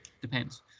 Depends